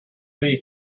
bee